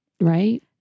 right